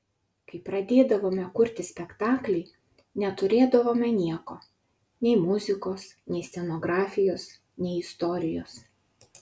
kai pradėdavome kurti spektaklį neturėdavome nieko nei muzikos nei scenografijos nei istorijos